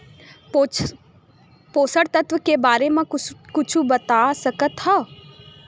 पोषक तत्व के बारे मा कुछु बता सकत हवय?